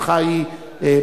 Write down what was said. מחאתך היא מחאתך.